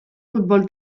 futbol